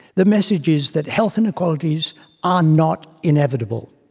the message is that health inequalities are not inevitable.